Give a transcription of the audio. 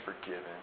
forgiven